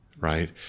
Right